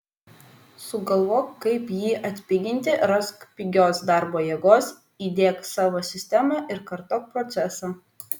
sugalvok kaip jį atpiginti rask pigios darbo jėgos įdiek savo sistemą ir kartok procesą